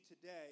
today